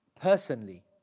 personally